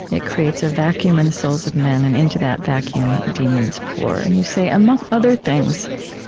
it creates a vacuum in the souls of men, and into that vacuum demons pour. and you say among other things,